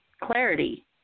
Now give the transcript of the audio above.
clarity